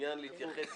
מעוניין להתייחס